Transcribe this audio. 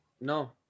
No